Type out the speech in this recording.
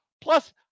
Plus